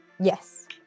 Yes